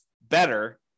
better